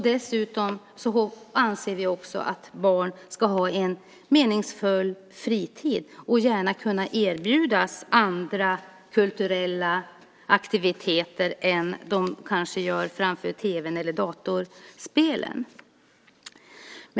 Dessutom anser vi att barn ska ha en meningsfull fritid och gärna kunna erbjudas andra kulturella aktiviteter än de kanske gör framför tv:n eller datorspelen.